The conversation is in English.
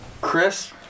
Chris